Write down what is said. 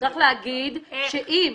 צריך להגיד שאם